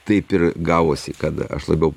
taip ir gavosi kad aš labiau